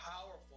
powerful